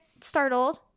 startled